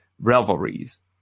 revelries